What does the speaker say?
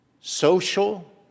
social